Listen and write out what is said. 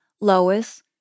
Lois